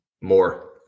more